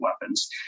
weapons